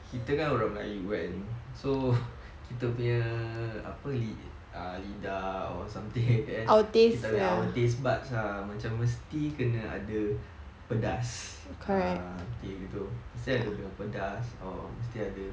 kita kan orang melayu kan so kita punya apa li~ lidah or something eh our taste buds lah macam mesti kena ada pedas ah macam gitu or mesti ada